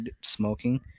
smoking